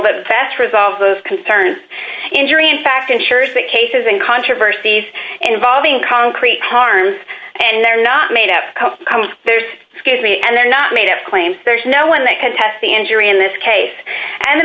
that affects resolve those concerns injury in fact ensures that cases and controversies involving concrete harms and they're not made up there's scarcely and they're not made of claims there's no one that can test the injury in this case and the